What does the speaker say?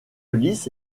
liste